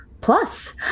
plus